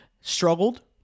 struggled